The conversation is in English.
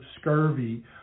scurvy